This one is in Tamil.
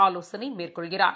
ஆலோசனை மேற்கொள்கிறார்